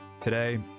Today